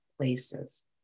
places